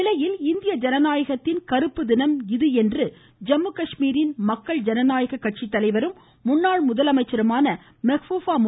இதனிடையே இந்திய ஜனநாயகத்தின் கருப்பு தினம் என்று ஜம்மு காஷ்மீரின் மக்கள் ஜனநாயக கட்சி தலைவரும் முன்னாள் முதலமைச்சருமான மெகபூபா மு